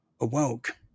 Awoke